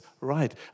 right